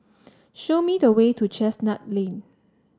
show me the way to Chestnut Lane